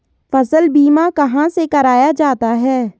फसल बीमा कहाँ से कराया जाता है?